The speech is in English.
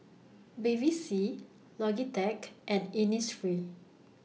Bevy C Logitech and Innisfree